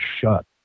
shut